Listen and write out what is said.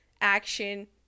Action